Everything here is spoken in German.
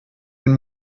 den